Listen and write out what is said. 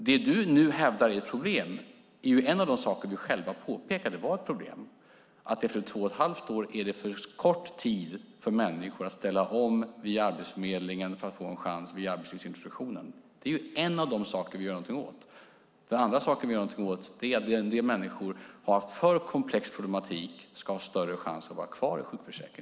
Det du nu hävdar är problem är en av de saker ni själva påpekade var ett problem, att efter två och ett halvt år är det för kort tid för människor att ställa om via Arbetsförmedlingen för att få en chans via arbetsintroduktionen. Det är en av de saker vi gör någonting åt. Den andra saken är att människor som har för komplex problematik ska ha större chans att vara kvar i sjukförsäkringen.